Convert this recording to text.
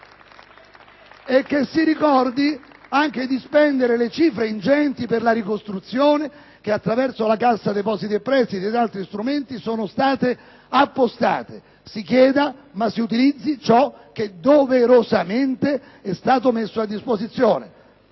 dovrebbe ricordarsi di spendere le cifre ingenti per la ricostruzione che, attraverso la Cassa depositi e prestiti ed altri strumenti, sono state appostate. Si chieda, ma si utilizzi ciò che doverosamente è stato messo a disposizione.